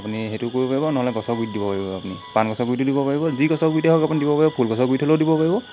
আপুনি সেইটো কৰিব পাৰিব আৰু নহ'লে গছৰ গুৰিত দিব পাৰিব আপুনি পাণ গছ গুৰিতো দিব পাৰিব যি গছ গুৰিতেই হওক আপুনি দিব পাৰিব ফুল গছৰ গুৰিত থ'লেও দিব পাৰিব